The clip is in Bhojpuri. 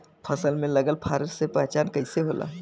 फसल में लगल फारेस्ट के पहचान कइसे होला?